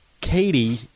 Katie